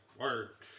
work